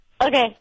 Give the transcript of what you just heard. Okay